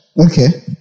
Okay